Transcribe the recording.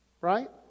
right